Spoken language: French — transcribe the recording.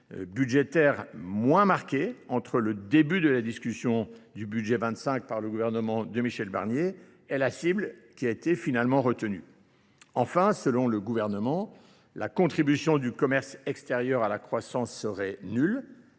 budgétaire moins marquée entre le début de la discussion du budget 25 par le gouvernement de Michel Barnier et la cible qui a été finalement retenue. Enfin, selon le gouvernement, la contribution du commerce extérieur à la croissance serait nulle,